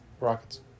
Rockets